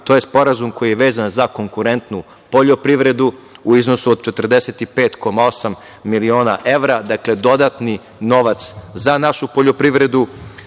To je sporazum koji je vezan za konkurentnu poljoprivredu u iznosu od 45,8 miliona evra. Dakle, dodatni novac za našu poljoprivredu. Na